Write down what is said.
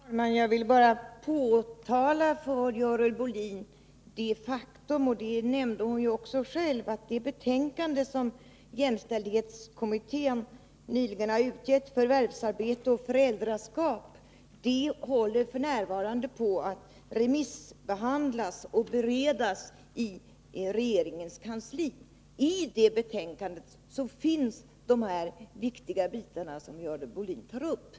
Fru talman! Jag vill bara påtala för Görel Bohlin det faktum — det nämnde hon också själv — att det betänkande som jämställdhetskommittén nyligen har gett ut, Förvärvsarbete och föräldraskap, f. n. håller på att remissbehandlas och beredas i regeringskansliet. I det betänkandet finns de viktiga bitar som Görel Bohlin tar upp.